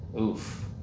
Oof